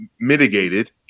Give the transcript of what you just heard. mitigated